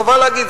חבל להגיד,